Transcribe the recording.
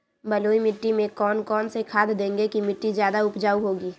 बलुई मिट्टी में कौन कौन से खाद देगें की मिट्टी ज्यादा उपजाऊ होगी?